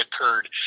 occurred